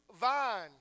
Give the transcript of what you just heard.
vine